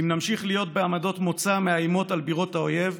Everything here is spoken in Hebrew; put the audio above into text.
אם נמשיך להיות בעמדות מוצא מאיימות על בירות האויב,